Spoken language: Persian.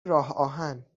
راهآهن